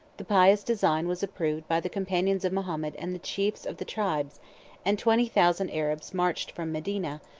the pious design was approved by the companions of mahomet and the chiefs of the tribes and twenty thousand arabs marched from medina,